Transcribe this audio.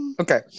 Okay